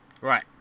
Right